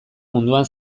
munduan